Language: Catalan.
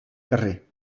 carrer